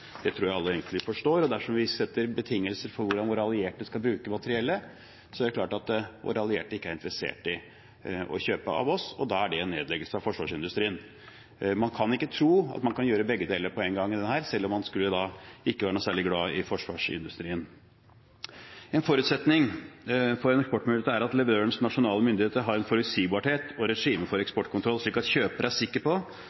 er det klart at våre allierte ikke er interessert i å kjøpe av oss, og da er det en nedleggelse av forsvarsindustrien. Man kan ikke tro at man kan gjøre begge deler på en gang her, selv om man ikke skulle være noe særlig glad i forsvarsindustrien. En forutsetning for eksportmuligheter er at leverandørens nasjonale myndigheter har en forutsigbarhet og et regime for eksportkontroll, slik at kjøper er sikker på